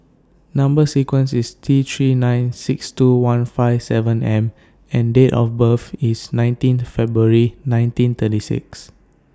Number sequence IS T three nine six two one five seven M and Date of birth IS nineteenth February nineteen thirty six